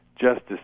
justice